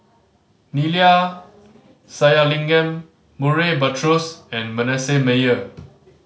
Neila Sathyalingam Murray Buttrose and Manasseh Meyer